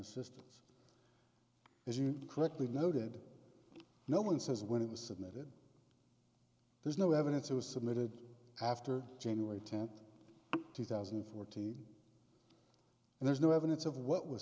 you correctly noted no one says when it was submitted there's no evidence it was submitted after january tenth two thousand and fourteen and there's no evidence of what was